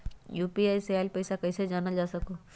UPI से आईल पैसा कईसे जानल जा सकहु?